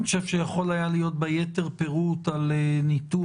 אני חושב שיכול היה להיות בה יתר פירוט על ניתוח: